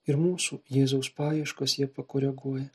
ir mūsų jėzaus paieškas jie pakoreguoja